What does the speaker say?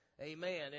Amen